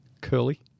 Curly